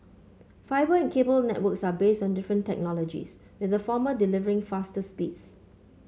fibre and cable networks are based on different technologies with the former delivering faster speeds